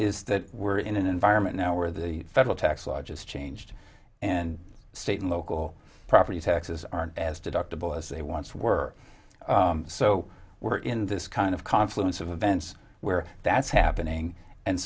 is that we're in an environment now where the federal tax law just changed and state and local property taxes aren't as deductible as they once were so we're in this kind of confluence of events where that's happening and